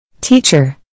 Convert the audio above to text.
Teacher